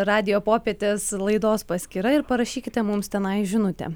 radijo popietės laidos paskyra ir parašykite mums tenai žinutę